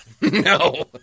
No